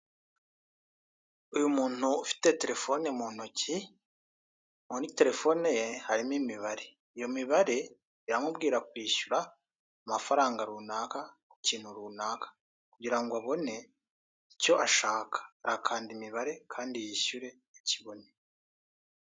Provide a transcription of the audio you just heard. Uyu muntu ufite telefone mu ntoki, muri telefone ye harimo imibare, iyo mibare iramubwira kwishyura amafaranga runaka ku kintu runaka kugira ngo abone icyo ashaka, arakanda imibare kandi yishyure akibone.